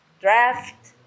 draft